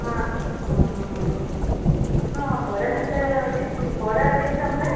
ହଁ ଆପଣ ବରା ସିଙ୍ଗଡ଼ା ବରା କେତେ ଟଙ୍କା